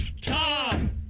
Tom